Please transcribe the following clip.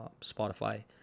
Spotify